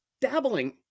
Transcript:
dabbling